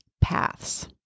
paths